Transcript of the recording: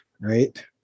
right